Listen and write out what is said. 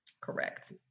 Correct